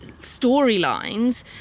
storylines